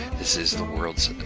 this is the world's